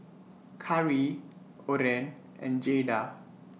Karri Oren and Jayda